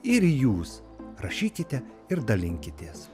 ir jūs rašykite ir dalinkitės